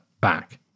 back